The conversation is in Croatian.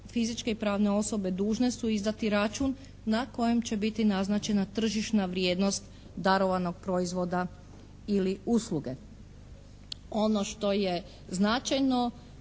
fizičke i pravne osobe dužne su izdati račun na kojem će biti naznačena tržišna vrijednost darovanog proizvoda ili usluge. Ono što je značajno